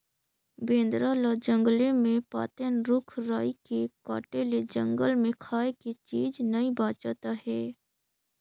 बेंदरा ल जंगले मे पातेन, रूख राई के काटे ले जंगल मे खाए के चीज नइ बाचत आहे